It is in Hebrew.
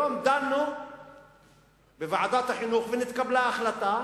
היום דנו בוועדת החינוך ונתקבלה החלטה,